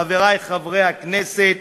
חברי חברי הכנסת,